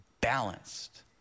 balanced